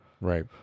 Right